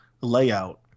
layout